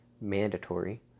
mandatory